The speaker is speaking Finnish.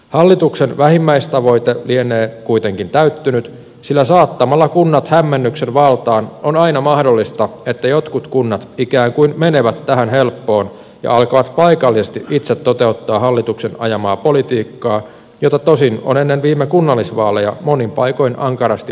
hallituksen vähimmäistavoite lienee kuitenkin täyttynyt sillä saattamalla kunnat hämmennyksen valtaan on aina mahdollista että jotkut kunnat ikään kuin menevät tähän helppoon ja alkavat paikallisesti itse toteuttaa hallituksen ajamaa politiikkaa jota tosin on ennen viime kunnallisvaaleja monin paikoin ankarasti vastustettu